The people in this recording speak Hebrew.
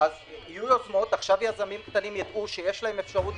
אם יזמים קטנים יראו שיש להם אפשרות לממן,